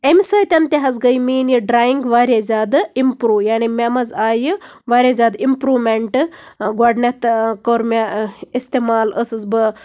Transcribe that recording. اَمہِ سۭتۍ تہِ حظ گٔے میٲنۍ یہِ ڈریِنگ واریاہ زیادٕ اِمپروٗ یعنی مےٚ منٛز آیہِ واریاہ زیادٕ اِمپروٗمینٹ گۄڈٕنیٚتھ کٔر مےٚ اِستعمال ٲسٕس بہٕ